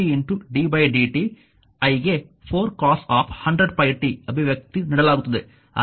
ಆದ್ದರಿಂದ ಇದು 3 d dt i ಗೆ 4 cos 100πt ಅಭಿವ್ಯಕ್ತಿ ನೀಡಲಾಗುತ್ತದೆ